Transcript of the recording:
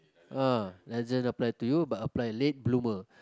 ah doesn't apply to you but apply late bloomer